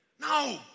No